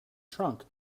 trunk